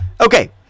Okay